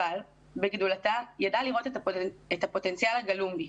אבל בגדולתה ידעה לראות את הפוטנציאל הגלום בי,